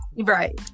Right